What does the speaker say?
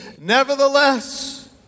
Nevertheless